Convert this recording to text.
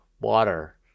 water